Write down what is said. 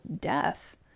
death